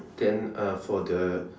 then uh for the